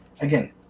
Again